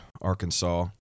Arkansas